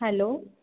hello